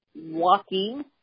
walking